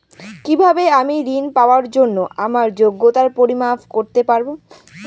কিভাবে আমি ঋন পাওয়ার জন্য আমার যোগ্যতার পরিমাপ করতে পারব?